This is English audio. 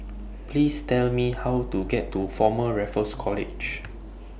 Please Tell Me How to get to Former Raffles College